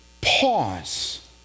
pause